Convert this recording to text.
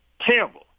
terrible